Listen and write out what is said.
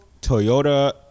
Toyota